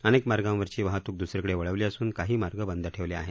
अनेक मार्गांवरची वाहतूक दुसरीकडे वळवली असून काही मार्ग बंद ठेवले आहेत